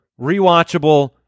rewatchable